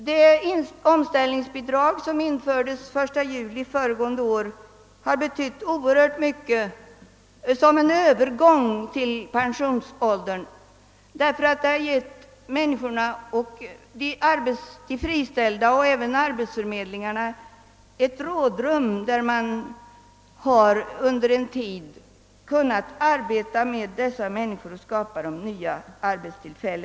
Det omställningsbidrag som infördes den 1 juli föregående år har betytt oerhört mycket som en övergång till pensionsåldern, ty det har givit de friställda och även arbetsförmedlingarna rådrum så att man under en tid kunnat arbeta med att skaffa dessa människor nya arbetstillfällen.